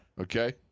Okay